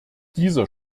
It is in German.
dieser